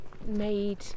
made